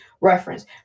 Reference